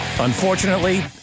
Unfortunately